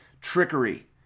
trickery